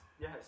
Yes